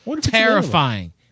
terrifying